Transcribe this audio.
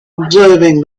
observing